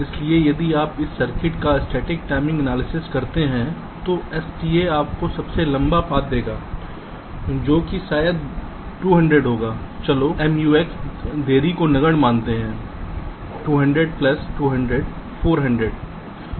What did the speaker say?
इसलिए यदि आप इस सर्किट का स्टैटिक टाइमिंग एनालिसिस करते हैं तो STA आपको सबसे लंबा पाथ देगा जो कि शायद 200 होगा चलो MUX देरी को नगण्य मानते है 200 प्लस 200 400 सही है